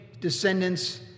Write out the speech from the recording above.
descendants